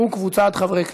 31 תומכים, 37 מתנגדים.